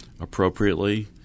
Appropriately